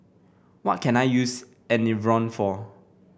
what can I use Enervon for